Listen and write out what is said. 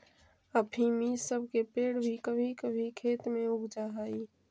अफीम इ सब के पेड़ भी कभी कभी खेत में उग जा हई